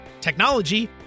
technology